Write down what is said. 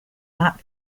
not